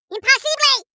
Impossibly